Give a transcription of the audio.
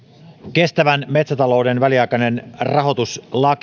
kestävän metsätalouden väliaikaisen rahoituslain